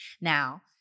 Now